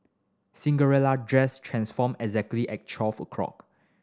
Cinderella dress transformed exactly at twelve o'clock